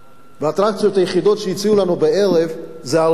והאטרקציות היחידות שהציעו לנו בערב זה "ארומה",